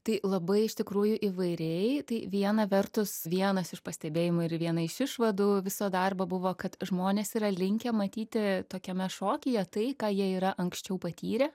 tai labai iš tikrųjų įvairiai tai viena vertus vienas iš pastebėjimų ir viena iš išvadų viso darbo buvo kad žmonės yra linkę matyti tokiame šokyje tai ką jie yra anksčiau patyrę